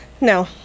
No